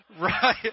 Right